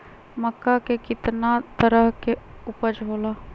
मक्का के कितना तरह के उपज हो ला?